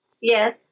Yes